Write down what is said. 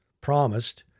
promised